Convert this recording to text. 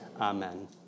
Amen